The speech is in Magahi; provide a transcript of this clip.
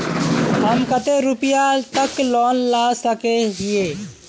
हम कते रुपया तक लोन ला सके हिये?